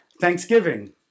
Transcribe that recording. Thanksgiving